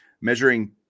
Measuring